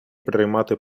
приймати